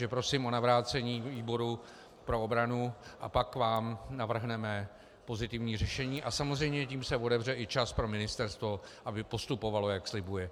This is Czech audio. Takže prosím o navrácení výboru pro obranu a pak vám navrhneme pozitivní řešení a samozřejmě tím se otevře i čas pro ministerstvo, aby postupovalo, jak slibuje.